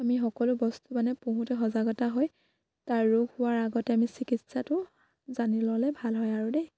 আমি সকলো বস্তু মানে পোহোঁতে সজাগতা হয় তাৰ ৰোগ হোৱাৰ আগতে আমি চিকিৎসাটো জানি ল'লে ভাল হয় আৰু দেই